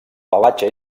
pelatge